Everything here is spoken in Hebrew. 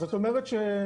זאת אומרת,